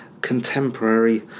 contemporary